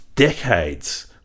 decades